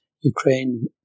Ukraine